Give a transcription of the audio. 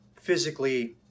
physically